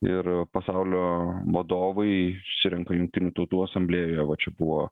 ir pasaulio vadovai susirenka jungtinių tautų asamblėjoje va čia buvo